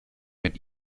mit